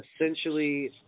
essentially